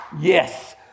Yes